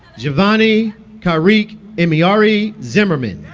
geonni karik emeori zimmerman